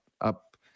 up